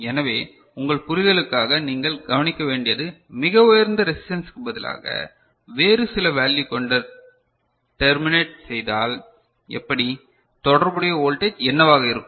எனவே உங்கள் புரிதலுக்காக நீங்கள் கவனிக்க வேண்டியது மிக உயர்ந்த ரெசிஸ்டன்ஸ்கு பதிலாக வேறு சில வேல்யு கொண்டு டெர்மினேட் செய்தாள் எப்படி தொடர்புடைய வோல்டேஜ் என்னவாக இருக்கும்